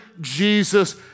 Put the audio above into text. Jesus